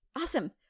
awesome